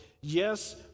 Yes